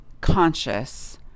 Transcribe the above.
conscious